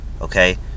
okay